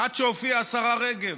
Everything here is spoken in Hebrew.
עד שהופיעה השרה רגב.